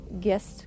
guest